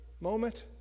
moment